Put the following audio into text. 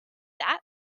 that